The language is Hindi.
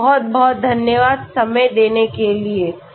आपका बहुत बहुत धन्यवाद समय देने के लिए